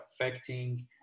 affecting